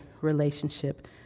relationship